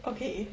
okay